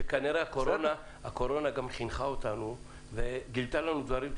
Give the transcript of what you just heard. שכנראה הקורונה חינכה אותנו וגילתה לנו דברים טובים.